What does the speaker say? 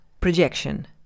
Projection